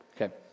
Okay